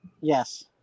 Yes